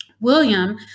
William